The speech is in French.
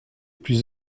plus